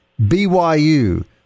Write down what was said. BYU